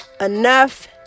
Enough